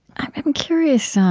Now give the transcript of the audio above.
i'm curious um